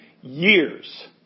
years